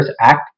Act